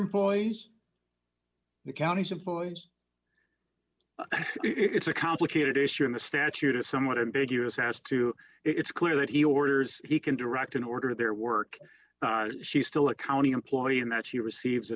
employees the county's employees it's a complicated issue and the statute is somewhat ambiguous as to it's clear that he orders he can direct an order to their work she's still a county employee and that she receive